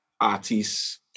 artists